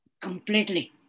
Completely